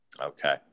Okay